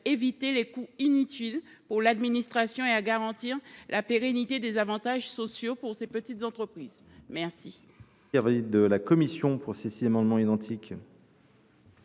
d’éviter des coûts inutiles pour l’administration, et à garantir la pérennité des avantages sociaux pour les petites entreprises